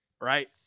right